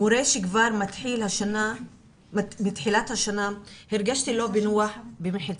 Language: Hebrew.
מורה שכבר מתחילת השנה הרגשתי לא בנוח במחיצתו.